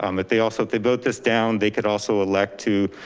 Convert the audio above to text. um if they also, if they vote this down, they could also elect to,